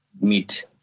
meet